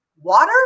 water